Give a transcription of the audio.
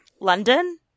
London